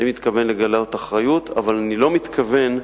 אני מתכוון לגלות אחריות, אבל אני לא מתכוון,